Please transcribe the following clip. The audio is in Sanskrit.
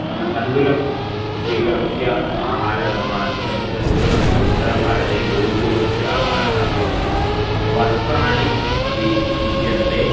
नाम तण्डुलं स्वीकृत्य आहारनिर्माण अधिकं चलति उत्तरभारते गोधूमस्य आहारः भवति वस्त्राणि अपि भिद्यन्ते